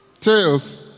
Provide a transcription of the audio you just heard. tails